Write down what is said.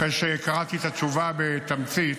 אחרי שקראתי את התשובה בתמצית,